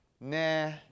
nah